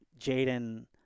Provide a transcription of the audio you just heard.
Jaden